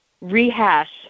rehash